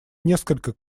несколько